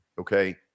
okay